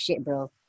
bro